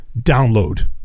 download